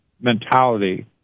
mentality